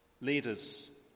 Leaders